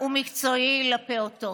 מקצועי חינם לפעוטות.